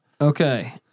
Okay